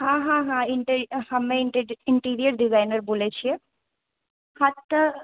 हाँ हाँ हाँ इन्टे हमे इन्टेरी इन्टीरियर डिजाइनर बोलै छियै खा तऽ